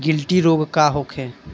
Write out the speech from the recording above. गिलटी रोग का होखे?